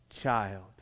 child